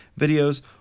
videos